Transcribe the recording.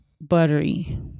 buttery